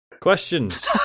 Questions